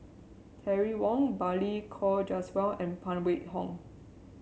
Terry Wong Balli Kaur Jaswal and Phan Wait Hong